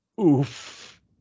Oof